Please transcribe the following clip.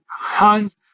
hands